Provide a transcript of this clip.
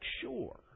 sure